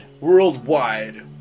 worldwide